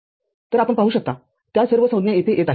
तरआपण पाहू शकता त्या सर्व संज्ञा येथे येत आहेत